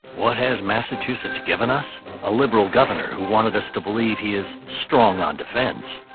what has massachusetts given us? a liberal governor who wanted us to believe he is strong on defence.